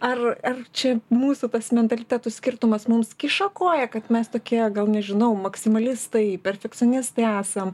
ar ar čia mūsų tas mentalitetų skirtumas mums kiša koją kad mes tokie gal nežinau maksimalistai perfekcionistai esam